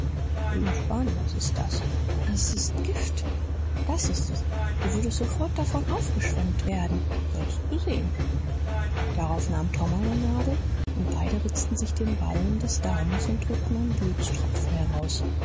was ist das s ist gift das ist es du würdest sofort davon aufgeschwellt werden sollst du sehen darauf nahm tom eine nadel und beide ritzten sich den ballen des daumens und drückten einen blutstropfen heraus